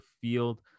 field